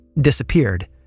disappeared